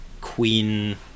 queen